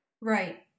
right